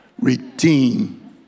Redeem